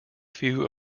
few